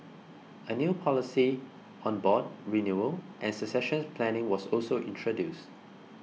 a new policy on board renewal and succession planning was also introduced